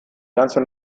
ganze